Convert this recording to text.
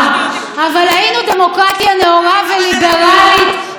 אבל היינו דמוקרטיה נאורה וליברלית גם אז.